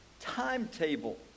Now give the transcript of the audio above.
timetable